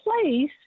place